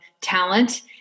talent